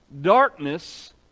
Darkness